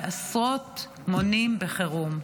ועשרות מונים בחירום.